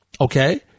Okay